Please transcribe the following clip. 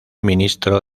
ministro